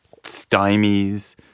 stymies